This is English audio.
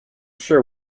sure